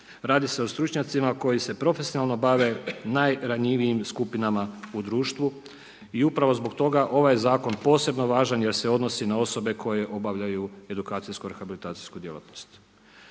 radi se o stručnjacima koji se profesionalno bave najranjivijim skupinama u društvu i upravo zbog toga ovaj je zakon posebno važan jer se odnosi na osobe koje obavljaju edukacijsko rehabilitacijsku djelatnost.